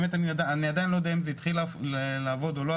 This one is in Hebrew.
אני עדיין לא יודע אם זה התחיל לעבוד או לא,